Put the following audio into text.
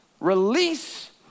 Release